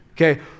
Okay